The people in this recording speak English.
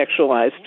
sexualized